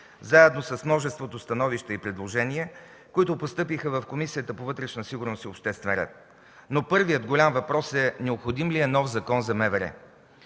заедно с множеството становища и предложения, които постъпиха в Комисията по вътрешна сигурност и обществен ред. Но първият голям въпрос е: необходим ли е нов Закон за МВР?